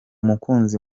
mukunzi